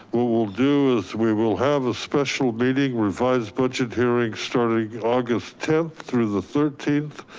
what we'll do is we will have a special meeting, revised budget hearing starting august tenth through the thirteenth,